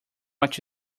what